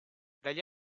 dagli